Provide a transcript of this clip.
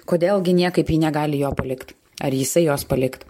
kodėl gi niekaip ji negali jo palikt ar jisai jos palikt